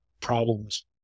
problems